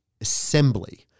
assembly